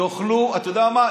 אתה יודע מה,